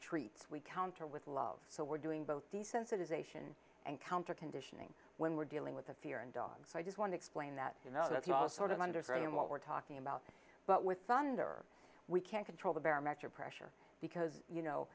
treats we counter with love so we're doing both desensitisation and counter conditioning when we're dealing with a fear and dogs i just want to explain that you know the sort of underground what we're talking about but with thunder we can't control the barometric pressure because you know